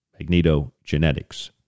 magnetogenetics